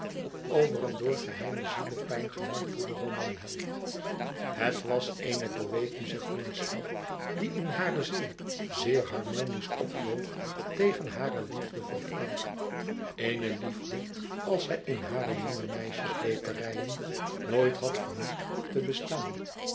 over een door geheime zielepijn gemartelden romanheld het was eene poëtische vriendschap die in hare ziel zeer harmonisch opwoog tegen hare liefde voor frank eene liefde als zij in hare jonge meisjes dweperijen nooit had vermoed te bestaan